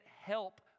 help